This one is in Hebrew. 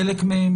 חלק מהם?